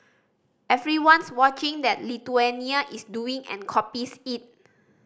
everyone's watching that Lithuania is doing and copies it